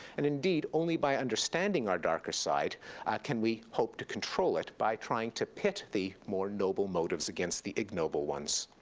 and indeed, only by understanding our darker side can we hope to control it by trying to pit the more noble motives against the ignoble ones.